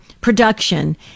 production